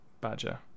badger